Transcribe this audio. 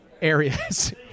areas